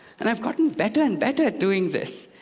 and i've gotten better and better at doing this.